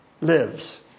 lives